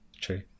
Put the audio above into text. true